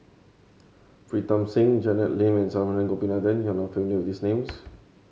Pritam Singh Janet Lim and Saravanan Gopinathan you are not familiar with these names